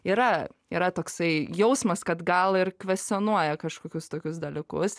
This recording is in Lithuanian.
yra yra toksai jausmas kad gal ir kvestionuoja kažkokius tokius dalykus